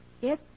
Yes